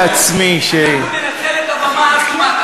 אנחנו ננצל את הבמה עד תומה.